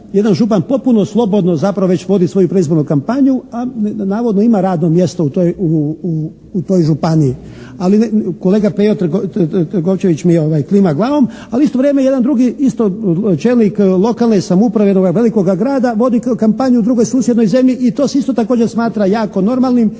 jedan župan potpuno slobodno već vodi zapravo svoju predizbornu kampanju a navodno ima radno mjesto u toj županiji. Kolega Pejo Trgovčević mi klima glavom. Ali u isto vrijeme jedan drugi isto čelnik lokalne samouprave jednoga velikoga grada vodi kampanju u drugoj susjednoj zemlji i to se isto također smatra jako normalnim